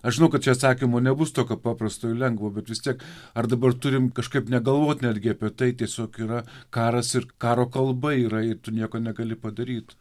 aš žinau kad čia atsakymo nebus tokio paprasto ir lengvo bet vis tiek ar dabar turim kažkaip negalvot netgi apie tai tiesiog yra karas ir karo kalba yra ir tu nieko negali padaryt